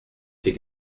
fait